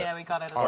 yeah, we got it,